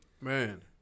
Man